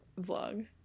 vlog